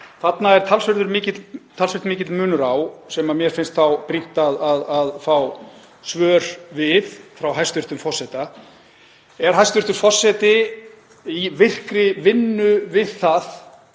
Þarna er talsvert mikill munur á sem mér finnst brýnt að fá svör við frá hæstv. forseta. Er hæstv. forseti í virkri vinnu við að